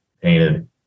painted